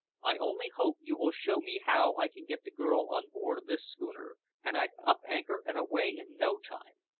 i only hope you will show me how i can get the girl on board of this schooner, and i'd up anchor and away in no time.